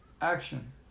action